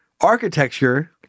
architecture